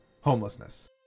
homelessness